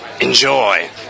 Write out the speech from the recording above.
enjoy